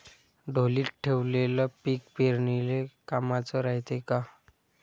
ढोलीत ठेवलेलं पीक पेरनीले कामाचं रायते का?